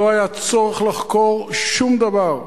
לא היה צורך לחקור שום דבר,